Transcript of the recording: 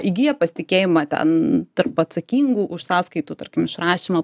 įgija pasitikėjimą ten tarp atsakingų už sąskaitų tarkim išrašymą